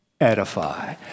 edify